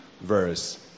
verse